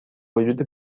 وجود